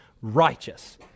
righteous